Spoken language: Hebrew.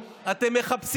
ואנחנו איתך.